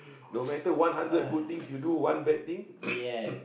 no matter one hundred good things you do one bad thing